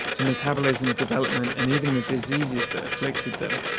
to metabolism, development and even the diseases that afflicted them,